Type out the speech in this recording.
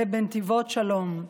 ובנתיבות שלום.